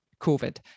COVID